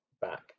back